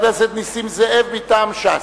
חבר הכנסת נסים זאב מטעם ש"ס.